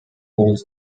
holds